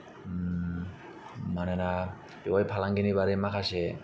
मानोना बेवहाय फालांगिनि बारै माखासे